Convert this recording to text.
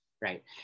right